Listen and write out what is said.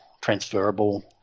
transferable